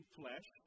flesh